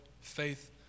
faith